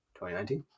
2019